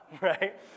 right